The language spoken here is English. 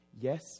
yes